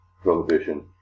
Prohibition